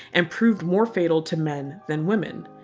and proved more fatal to men than women.